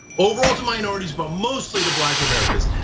overall to minorities, but mostly to black americans.